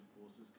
forces